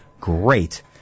great